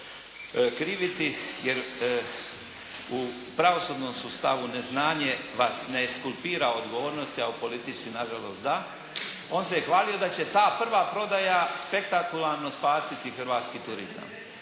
kriviti, jer u pravosudnom sustavu neznanje vas ne eskulpira odgovornosti, a u politici na žalost da, on se hvalio da će ta prva prodaja spektakularno spasiti hrvatski turizam.